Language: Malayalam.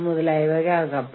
ഒരു സ്തംഭനാവസ്ഥയാണ്